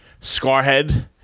Scarhead